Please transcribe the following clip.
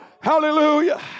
hallelujah